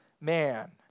man